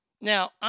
Now